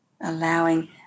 allowing